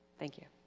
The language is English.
thank you.